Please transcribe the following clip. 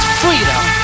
freedom